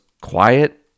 quiet